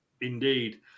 Indeed